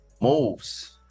moves